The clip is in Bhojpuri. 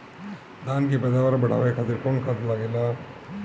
धान के पैदावार बढ़ावे खातिर कौन खाद लागेला?